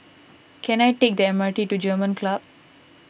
can I take the M R T to German Club